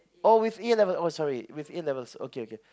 oh with A-level oh sorry with A-levels okay okay